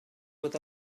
with